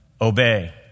Obey